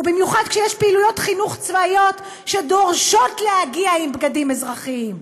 ובמיוחד כשיש פעילויות חינוך צבאיות שדורשות להגיע עם בגדים אזרחיים.